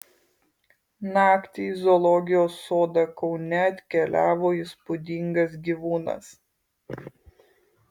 naktį į zoologijos sodą kaune atkeliavo įspūdingas gyvūnas